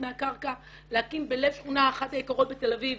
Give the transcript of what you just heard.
קרקע להקים בלב אחת השכונות היקרות בתל אביב,